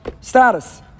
status